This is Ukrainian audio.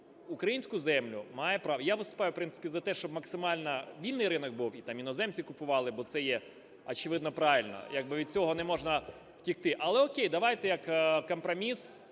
Українську землю має право… Я виступаю в принципі за те, щоб максимально вільний ринок був і там іноземці купували. Бо це є, очевидно, правильно, як би від цього не можна втекти. Але, о'кей, давайте як компроміс.